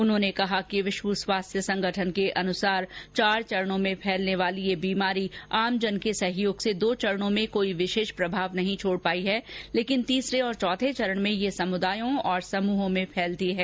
उन्होंने कहा कि विश्व स्वास्थ्य संगठन के अनुसार चार चरणों में फैलने वाली यह बीमारी आमजन के सहयोग से दो चरणों में कोई विशेष प्रभाव नहीं छोड़ पाई है लेकिन तीसरे और चौथे चरण में यह समुदायों और समूहों में फैलती है